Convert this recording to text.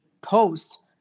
post